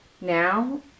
Now